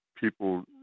people